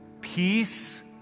peace